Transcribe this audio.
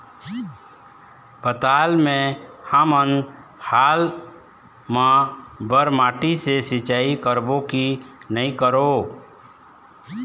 पताल मे हमन हाल मा बर माटी से सिचाई करबो की नई करों?